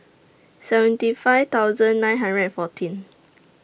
seventy five thousand nine hundred and fourteen